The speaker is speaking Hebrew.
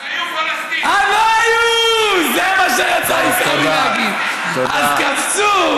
אז מספרים, אדוני השר, שהוא פשט את כל בגדיו,